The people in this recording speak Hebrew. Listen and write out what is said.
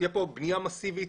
תהיה פה בנייה מאסיבית.